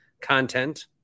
content